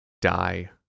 die